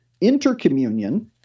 intercommunion